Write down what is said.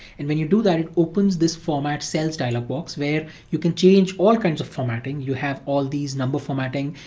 and when you do that, it opens this format cells dialog box where you can change all kinds of formatting. you have all these number formatting,